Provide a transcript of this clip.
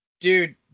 Dude